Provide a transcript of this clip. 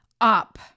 up